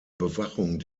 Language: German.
bewachung